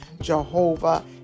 Jehovah